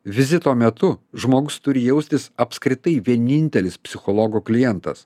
vizito metu žmogus turi jaustis apskritai vienintelis psichologo klientas